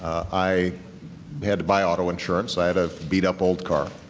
i had to buy auto insurance. i had a beat-up old car.